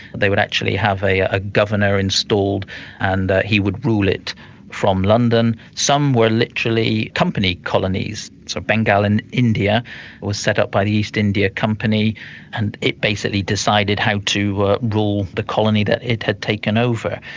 they would actually have a ah governor installed and he would rule it from london. some were literally company colonies so bengal in india was set up by the east india company and it basically decided how to ah rule the colony that it had taken over.